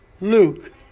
Luke